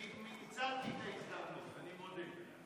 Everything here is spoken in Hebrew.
ניצלתי את ההזדמנות, אני מודה.